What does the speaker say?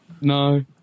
No